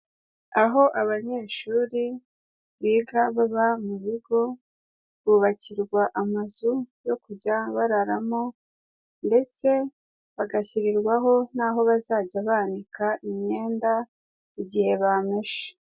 Aho abanyeshuri biga baba mu bigo bubakirwa amazu yo kujya bararamo ndetse bagashyirirwaho n'aho bazajya banika imyenda igihe bameshe.